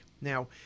Now